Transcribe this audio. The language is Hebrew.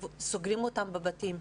סוגרים אותם בבתים,